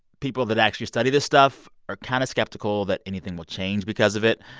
people that actually study this stuff are kind of skeptical that anything will change because of it,